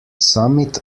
summit